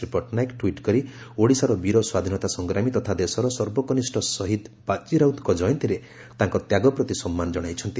ଶ୍ରୀ ପଟ୍ଟନାୟକ ଟିବଟ କରି ଓଡ଼ିଶାର ବୀର ସ୍ୱାଧୀନତା ସଂଗ୍ରାମୀ ତଥା ଦେଶର ସର୍ବକନିଷ୍ ଶହୀଦ ବାଜି ରାଉତଙ୍ଙ ଜୟନ୍ତୀରେ ତାଙ୍କ ତ୍ୟାଗ ପ୍ରତି ସମ୍ମାନ ଜଶାଇଛନ୍ତି